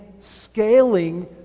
scaling